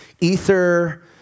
ether